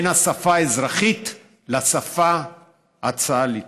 בין השפה האזרחית לשפה הצה"לית.